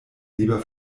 lieber